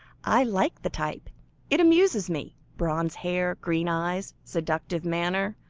i like the type it amuses me. bronze hair, green eyes, seductive manner.